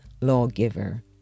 lawgiver